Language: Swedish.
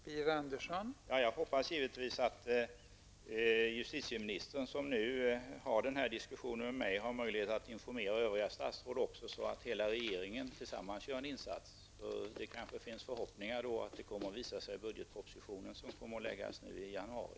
Fru talman! Jag hoppas givetvis att justitieministern, som nu för den här diskussionen med mig, har möjlighet att informera övriga statsråd så att hela regeringen tillsammans kan göra en insats. Det kanske finns förhoppningar om att detta kan visa sig i den budgetproposition som läggs fram i januari.